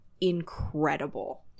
incredible